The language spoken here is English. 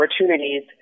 opportunities